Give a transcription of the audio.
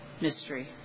mystery